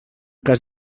cas